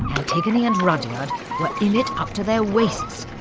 antigone and rudyard were in it up to their waists,